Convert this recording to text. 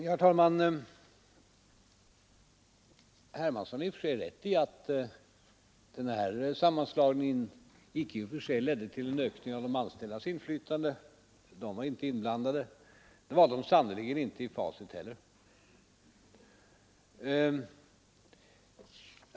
Herr talman! Herr Hermansson har rätt i att den här sammanslagningen icke i och för sig ledde till en ökning av de anställdas inflytande. De var inte inblandade, och det var de sannerligen inte i Facit heller.